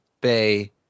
Bay